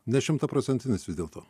nešimtaprocentinis vis dėlto